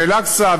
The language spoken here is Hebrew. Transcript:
באל-אקצא.